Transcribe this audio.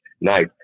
nice